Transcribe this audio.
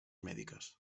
mèdiques